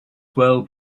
well